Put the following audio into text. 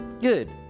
Good